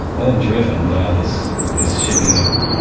all driven by this this shipping of,